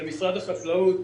למשרד החקלאות,